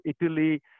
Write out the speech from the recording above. Italy